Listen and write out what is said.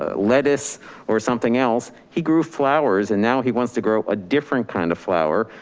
ah lettuce or something else, he grew flowers. and now he wants to grow a different kind of flower,